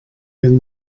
been